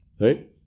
Right